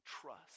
trust